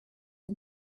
and